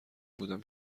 بودم